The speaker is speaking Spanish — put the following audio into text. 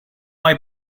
hay